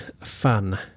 fun